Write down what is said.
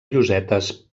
llosetes